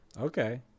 Okay